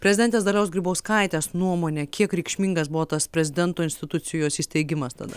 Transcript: prezidentės dalios grybauskaitės nuomone kiek reikšmingas buvo tas prezidento institucijos įsteigimas tada